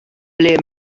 ble